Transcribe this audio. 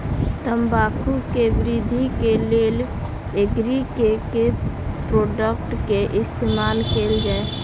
तम्बाकू केँ वृद्धि केँ लेल एग्री केँ के प्रोडक्ट केँ इस्तेमाल कैल जाय?